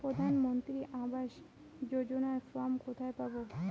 প্রধান মন্ত্রী আবাস যোজনার ফর্ম কোথায় পাব?